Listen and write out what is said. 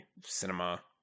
cinema